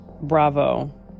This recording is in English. Bravo